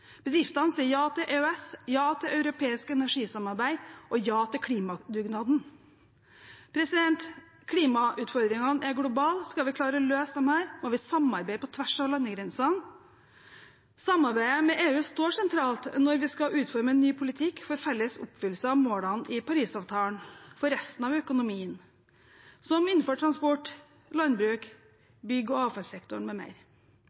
Bedriftene sier ja til EØS, ja til europeisk energisamarbeid og ja til klimadugnaden. Klimautfordringene er globale. Skal vi klare å løse dem, må vi samarbeide på tvers av landegrensene. Samarbeidet med EU står sentralt når vi skal utforme ny politikk for en felles oppfyllelse av målene i Parisavtalen for resten av økonomien, f.eks. innenfor transport,